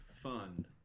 fun